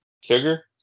sugar